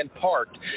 parked